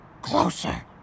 Closer